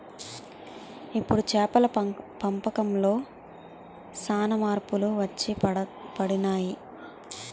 ఇప్పుడు చేపల పెంపకంలో సాన మార్పులు వచ్చిపడినాయి